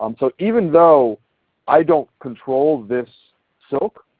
um so even though i don't control this silk,